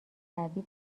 غربی